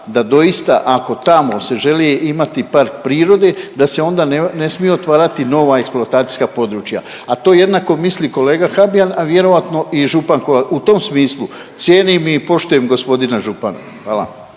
da doista ako tamo se želi imati park prirode da se onda ne smiju otvarati nova eksploatacijska područja, a to jednako misli kolega Habijan, a vjerojatno i župan Kolar. U tom smislu cijenim i poštujem gospodina župana. Hvala